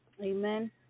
Amen